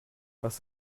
was